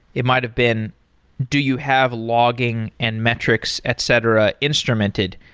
it might have been do you have logging and metrics, etc. instrumented?